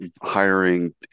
hiring